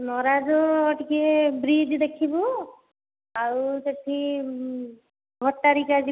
ନରାଜ ଟିକିଏ ବ୍ରିଜ୍ ଦେଖିବୁ ଆଉ ସେଠି ଭଟ୍ଟାରିକା ଯିବୁ